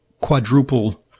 quadruple